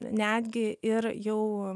netgi ir jau